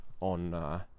on